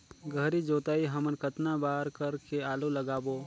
गहरी जोताई हमन कतना बार कर के आलू लगाबो?